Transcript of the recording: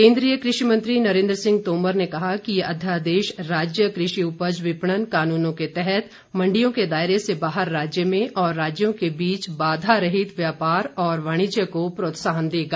केन्द्रीय कृषि मंत्री नरेन्द्र सिंह तोमर ने कहा कि यह अध्यादेश राज्य कृषि उपज विपणन कानूनों के तहत मंडियों के दायरे से बाहर राज्य में और राज्यों के बीच बाधारहित व्यापार और वाणिज्य को प्रोत्साहन देगा